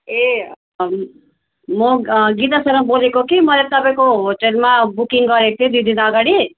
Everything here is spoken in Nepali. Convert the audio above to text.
ए म गीता शर्मा बोलेको कि मैले तपाईँको होटेलमा बुकिङ गरेको थिए दुई दिन अगाडि